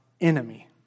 enemy